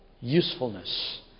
usefulness